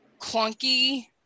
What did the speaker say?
clunky